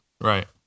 right